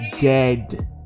dead